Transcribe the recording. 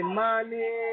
money